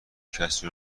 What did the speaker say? کسی